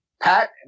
pat